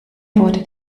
wurde